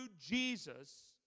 Jesus